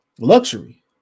luxury